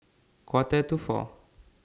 Quarter to four